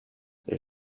there